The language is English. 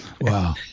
Wow